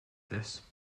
this